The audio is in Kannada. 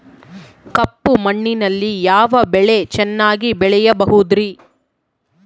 ಕಪ್ಪು ಮಣ್ಣಿನಲ್ಲಿ ಯಾವ ಬೆಳೆ ಚೆನ್ನಾಗಿ ಬೆಳೆಯಬಹುದ್ರಿ?